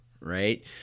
right